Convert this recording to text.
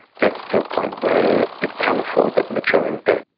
gets to a point where it can afford that maturing debt.